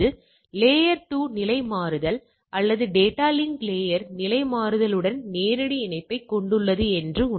எனவே ஒரு கிராமத்தில் குறிப்பிட்ட எண்ணிக்கையிலான குழந்தை இறப்புகளை நான் எதிர்பார்க்கிறேன் ஆனால் தற்போதைய தரவு இவ்வளவு இருக்கிறது இது முக்கியத்துவம் வாய்ந்ததா அல்லது இல்லையா